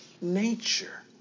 nature